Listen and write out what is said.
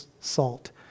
salt